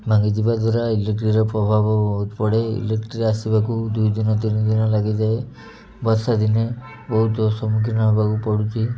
ଭାଙ୍ଗିଯିବା ଦ୍ୱାରା ଇଲେକ୍ଟ୍ରିର ପ୍ରଭାବ ବହୁତ ପଡ଼େ ଇଲେକ୍ଟ୍ରି ଆସିବାକୁ ଦୁଇ ଦିନ ତିନି ଦିନ ଲାଗିଯାଏ ବର୍ଷା ଦିନେ ବହୁତ ସମ୍ମୁଖୀନ ହେବାକୁ ପଡ଼ୁଛି